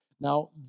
Now